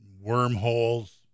Wormholes